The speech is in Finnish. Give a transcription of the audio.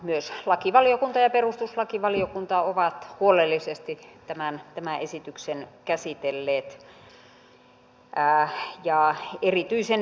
myös lakivaliokunta ja perustuslakivaliokunta ovat huolellisesti tämän esityksen käsitelleet